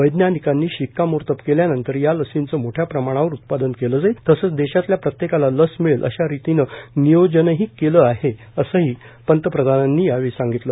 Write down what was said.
वैज्ञानिकांनी शिक्कामोर्तब केल्यानंतर या लसींचं मोठ्या प्रमाणावर उत्पादन केलं जाईल तसंच देशातल्या प्रत्येकाला लस मीळेल अशा रितीनं नियोजनही केलं आहे असंही प्रधानमंत्र्यांनी सांगितलं